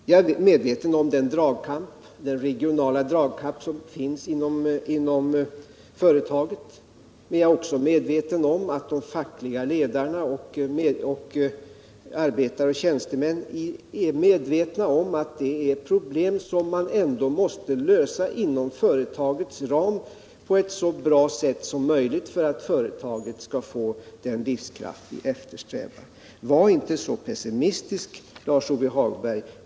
Jag är medveten om den regionala dragkamp som finns inom företaget, men jag är också medveten om att de fackliga ledarna samt arbetare och tjänstemän vet att det är problem som så bra som möjligt måste lösas inom företagets ram för att företaget skall få den livskraft som vi eftersträvar. Var inte så pessimistisk, Lars-Ove Hagberg.